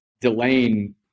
delaying